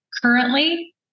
currently